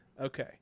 Okay